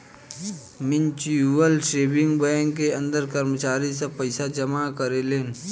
mutual saving bank के अंदर कर्मचारी सब पइसा जमा करेले